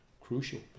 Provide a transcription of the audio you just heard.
crucial